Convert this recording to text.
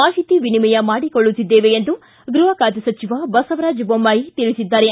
ಮಾಹಿತಿ ವಿನಿಮಯ ಮಾಡಿಕೊಳ್ಳುತ್ತಿದ್ದೇವ ಎಂದು ಗೃಹ ಖಾತೆ ಸಚಿವ ಬಸವರಾಜ ಬೊಮ್ಮಾಯಿ ತಿಳಿಸಿದ್ದಾರೆ